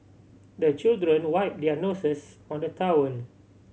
the children wipe their noses on the towel